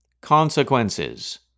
Consequences